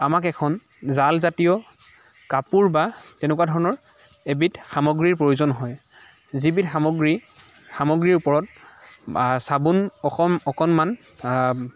আমাক এখন জালজাতীয় কাপোৰ বা তেনেকুৱা ধৰণৰ এবিধ সামগ্ৰীৰ প্ৰয়োজন হয় যিবিধ সামগ্ৰী সামগ্ৰীৰ ওপৰত চাবোন অকণমান